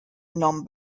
non